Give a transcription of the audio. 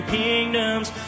kingdoms